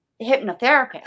hypnotherapist